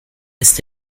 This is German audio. ist